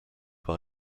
par